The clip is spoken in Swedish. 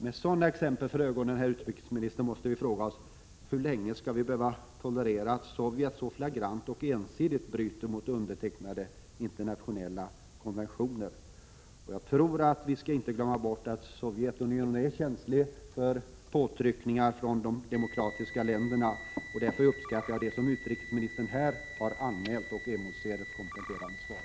Med sådana exempel för ögonen, herr utrikesminister, måste vi fråga oss: Hur länge skall vi behöva tolerera att Sovjet så flagrant och ensidigt bryter mot undertecknade internationella konventioner? Vi skall inte glömma bort att Sovjetunionen är känsligt för påtryckningar från de demokratiska länderna. Därför uppskattar jag det som utrikesministern här har anmält och emotser ett kompletterande svar.